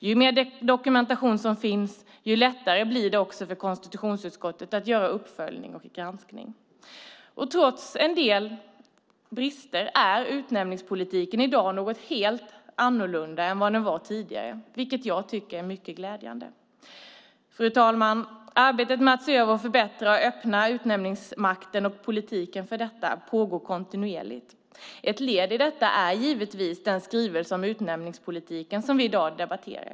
Ju mer dokumentation som finns desto lättare blir det för konstitutionsutskottet att göra uppföljning och granskning. Trots en del brister är utnämningspolitiken i dag helt annorlunda än vad den var tidigare, vilket jag tycker är mycket glädjande. Fru talman! Arbetet med att se över och förbättra och öppna utnämningsmakten och politiken för detta pågår kontinuerligt. Ett led i detta är givetvis den skrivelse om utnämningspolitiken som vi i dag debatterar.